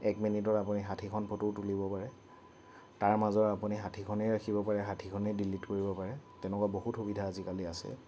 এক মিনিটত আপুনি ষাঠিখন ফটো তুলিব পাৰে তাৰ মাজৰ আপুনি ষাঠিখনেই ৰাখিব পাৰে ষাঠিখনেই ডিলিট কৰিব পাৰে তেনেকুৱা বহুত সুবিধা আজিকালি আছে